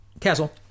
castle